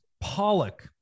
Pollock